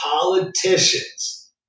politicians